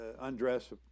undress